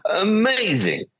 amazing